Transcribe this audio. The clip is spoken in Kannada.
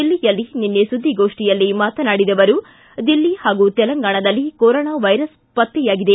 ದಿಲ್ಲಿಯಲ್ಲಿ ನಿನ್ನೆ ಸುದ್ವಿಗೋಷ್ಠಿಯಲ್ಲಿ ಮಾತನಾಡಿದ ಅವರು ದಿಲ್ಲಿ ಹಾಗೂ ತೆಲಂಗಾಣದಲ್ಲಿ ಕೊರೋನಾ ವೈರಸ್ ಪತ್ತೆಯಾಗಿದೆ